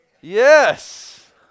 yes